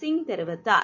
சிங் தெரிவித்தார்